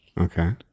Okay